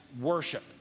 worship